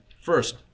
First